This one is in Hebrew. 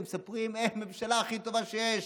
ומספרים: הממשלה הכי טובה שיש.